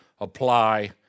apply